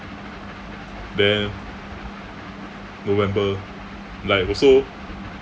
then november like also